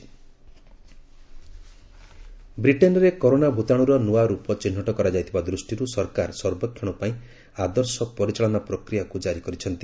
ଗଭ୍ surveillance SOP ବ୍ରିଟେନ୍ରେ corona ଭୂତାଣୁର ନୂଆ ରୂପ ଚିହ୍ନଟ କରାଯାଇଥିବା ଦୂଷ୍ଟିରୁ ସରକାର ସର୍ବେକ୍ଷଣ ପାଇଁ ଆଦର୍ଶ ପରିଚାଳନା ପ୍ରକ୍ରିୟା ଜାରି କରିଛନ୍ତି